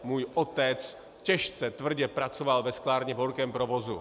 Můj otec těžce, tvrdě pracoval ve sklárně v horkém provozu.